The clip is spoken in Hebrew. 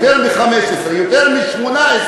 יותר מ-15,